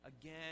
again